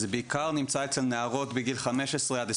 זה בעיקר נמצא אצל נערות בגיל 15-20-24,